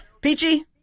Peachy